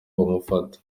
bamufata